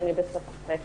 אני בספק.